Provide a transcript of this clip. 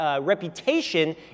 reputation